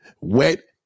wet